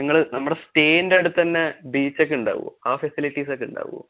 നിങ്ങള് നമ്മുടെ സ്റ്റേയിൻറ്റ അടുത്ത് തന്നെ ബീച്ച് ഒക്കെ ഉണ്ടാകുമോ ആ ഫെസിലിറ്റീസ് ഒക്കെ ഉണ്ടാകുമോ